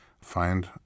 find